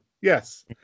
Yes